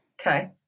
Okay